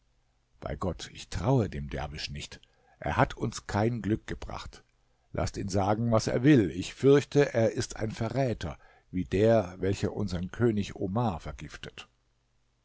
bei gott ich traue dem derwisch nicht er hat uns kein glück gebracht laßt ihn sagen was er will ich fürchte er ist ein verräter wie der welcher unsern könig omar vergiftet